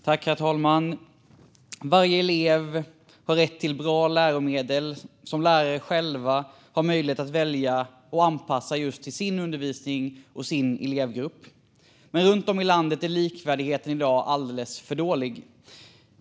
Herr talman! Varje elev har rätt till bra läromedel som lärare själva har möjlighet att välja och anpassa just till sin undervisning och sin elevgrupp. Men runt om i landet är likvärdigheten i dag alldeles för dålig.